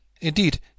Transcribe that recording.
Indeed